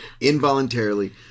involuntarily